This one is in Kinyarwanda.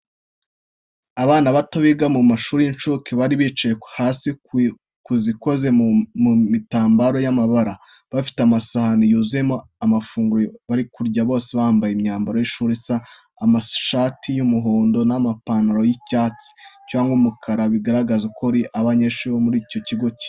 Abana bato biga mu mashuri y’incuke bari bicaye hasi ku zikoze mu bitambaro by'amabara, bafite amasahani yuzuyemo amafunguro bari kurya. Bose bambaye imyambaro y’ishuri isa, amashati y’umuhondo n’amapantaro y’icyatsi cyangwa umukara, bigaragaza ko ari abanyeshuri bo mu kigo kimwe.